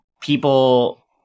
people